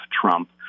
Trump